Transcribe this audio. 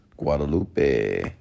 Guadalupe